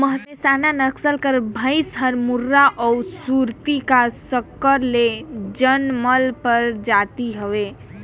मेहसाना नसल कर भंइस हर मुर्रा अउ सुरती का संकर ले जनमल परजाति हवे